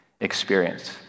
experience